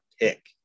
pick